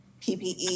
PPE